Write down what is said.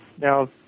Now